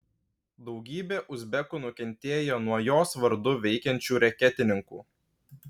daugybė uzbekų nukentėjo nuo jos vardu veikiančių reketininkų